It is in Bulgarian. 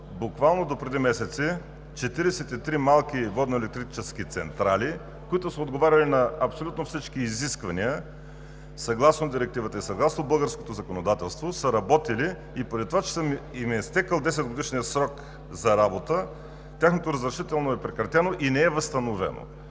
буквално допреди месеци 43 малки водноелектрически централи, които са отговаряли на абсолютно всички изисквания съгласно Директивата и съгласно българското законодателство, са работили и поради това, че им е изтекъл 10-годишният срок за работа, тяхното разрешително е прекратено и не е възстановено.